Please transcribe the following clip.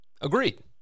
Agreed